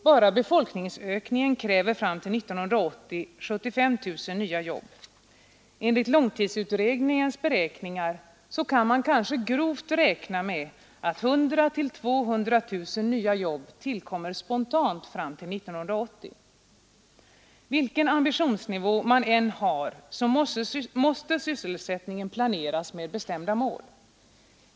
Bara befolkningsökningen kräver 75 000 nya jobb fram till 1980. Enligt långtidsutredningens beräkningar kan man grovt räkna med att 100 000—200 000 nya jobb tillkommer spontant fram till 1980. Vilken ambitionsnivå man än har måste sysselsättningen planeras med bestämda mål.